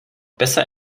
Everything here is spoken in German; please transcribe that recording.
besser